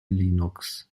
linux